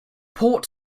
port